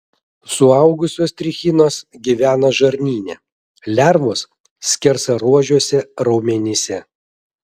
suaugusios trichinos gyvena žarnyne lervos skersaruožiuose raumenyse